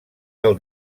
del